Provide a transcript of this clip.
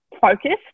focused